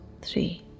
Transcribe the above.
three